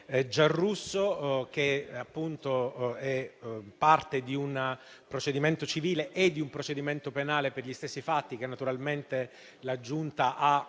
Giarrusso, che è parte di un procedimento civile e di un procedimento penale per gli stessi fatti, che naturalmente la Giunta ha